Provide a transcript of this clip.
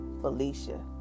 Felicia